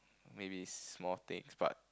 maybe small things but